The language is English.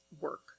work